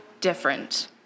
different